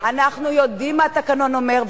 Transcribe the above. אנחנו יודעים מה התקנון אומר,